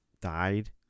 died